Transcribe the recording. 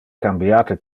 cambiate